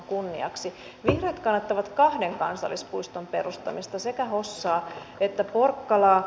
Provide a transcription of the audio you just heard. vihreät kannattavat kahden kansallispuiston perustamista sekä hossaan että porkkalaan